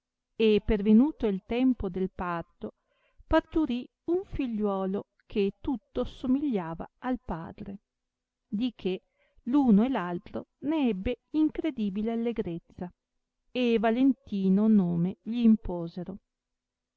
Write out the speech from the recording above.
e pervenuto il tempo del parto parturì un figliuolo che tutto somigliava al padre di che uno e altro ne ebbe incredibile allegrezza e valentino nome gì imposero